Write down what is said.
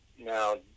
now